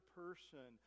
person